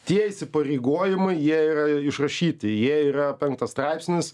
tie įsipareigojimai jie yra išrašyti jie yra penktas straipsnis